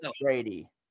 Brady